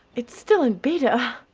it's still in beta!